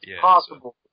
possible